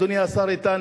אדוני השר איתן,